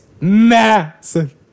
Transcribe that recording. massive